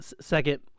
Second